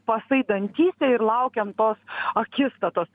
pasai dantyse ir laukiam tos akistatos